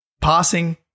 passing